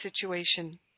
situation